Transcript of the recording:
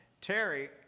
Terry